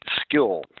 skill